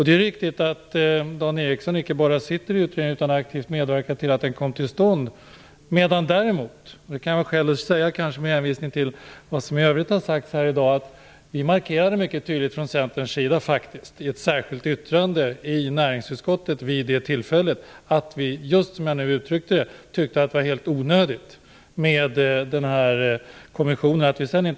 Det är riktigt att Dan Ericsson icke bara sitter i utredningen utan att han också aktivt medverkade till att den kom till stånd. Däremot - det kan vara skäl att säga det, med hänvisning till vad som i övrigt har sagts i dag - markerade vi från Centerns sida mycket tydligt i ett särskilt yttrande i näringsutskottet vid det tillfället att vi tyckte att Energikommissionen var helt onödig.